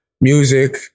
music